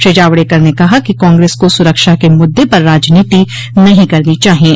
श्री जावड़ेकर ने कहा कि कांग्रेस को सुरक्षा के मुद्दे पर राजनीति नहीं करनी चाहिये